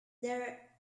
their